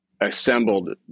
assembled